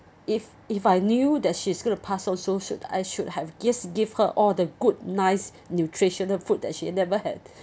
if if I knew that she's going to pass on so should I should have just give her all the good nice nutritional food that she never had